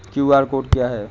QR code क्या है?